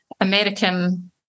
american